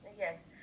Yes